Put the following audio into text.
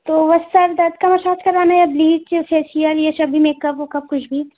तो वो सर दर्द का मसाज करवाने या ब्लीच या फेशियल ये सब भी मेकअप उकअप कुछ भी